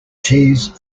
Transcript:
cheese